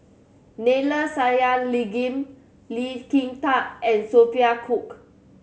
Neila Sathyalingam Lee Kin Tat and Sophia Cooke